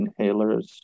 inhalers